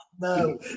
No